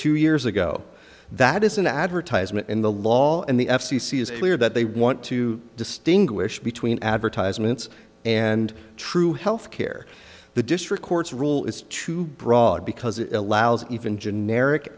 two years ago that is an advertisement in the law and the f c c is clear that they want to distinguish between advertisements and true health care the district courts rule is too broad because it allows even generic